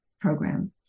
program